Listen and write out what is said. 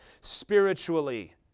spiritually